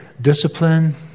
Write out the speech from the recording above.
discipline